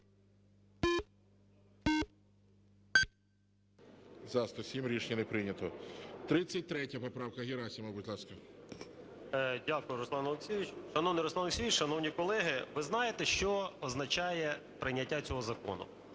За-107 Рішення не прийнято. 33 поправка. Герасимов, будь ласка. 14:42:43 ГЕРАСИМОВ А.В. Дякую, Руслан Олексійович. Шановний Руслан Олексійович! Шановні колеги! Ви знаєте, що означає прийняття цього закону?